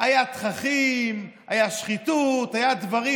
היה תככים, היה שחיתות, היה דברים.